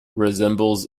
resembles